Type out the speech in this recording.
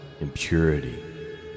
impurity